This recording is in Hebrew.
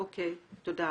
אוקי, תודה.